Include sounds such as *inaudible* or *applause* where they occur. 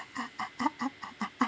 *laughs*